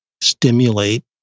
stimulate